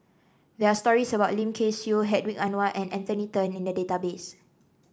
there are stories about Lim Kay Siu Hedwig Anuar and Anthony Then in the database